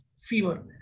fever